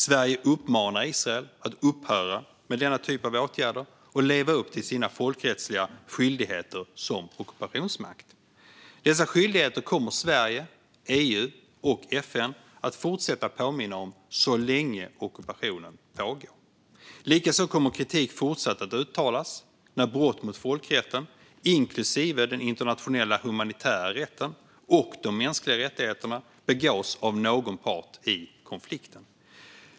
Sverige uppmanar Israel att upphöra med denna typ av åtgärder och leva upp till sina folkrättsliga skyldigheter som ockupationsmakt. Dessa skyldigheter kommer Sverige, EU och FN att fortsätta att påminna om så länge ockupationen pågår. Likaså kommer kritik att fortsätta att uttalas när brott mot folkrätten, inklusive den internationella humanitära rätten och de mänskliga rättigheterna, begås av någon part i konflikten.